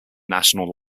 national